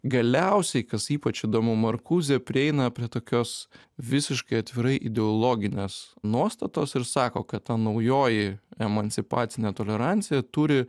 galiausiai kas ypač įdomu markuzė prieina prie tokios visiškai atvirai ideologinės nuostatos ir sako kad ta naujoji emancipacinė tolerancija turi